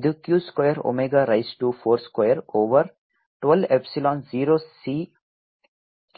ಆದ್ದರಿಂದ ಇದು q square omega raise to 4 square over 12 epsilon 0 c